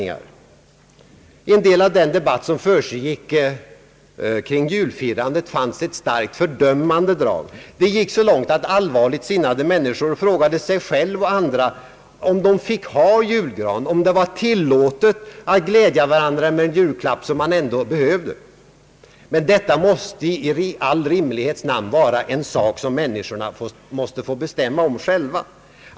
I en del av den debatt som föregick julfirandet fanns ett starkt fördömande drag. Det gick så långt att allvarligt sinnade människor frågade sig själva och andra om de fick ha julgran och glädja varandra med julklappar som man ändå behövde. Men detta måste i all rimlighets namn få vara saker som var och en måste få bestämma om själv.